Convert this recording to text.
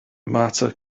marta